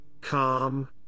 calm